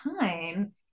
time